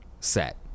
set